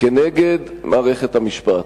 כנגד מערכת המשפט.